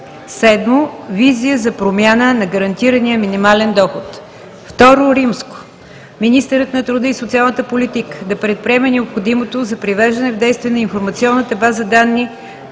7. Визия за промяна на гарантирания минимален доход. II. Министърът на труда и социалната политика да предприеме необходимото за привеждане в действие на информационната база данни